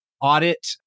audit